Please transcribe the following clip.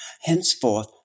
Henceforth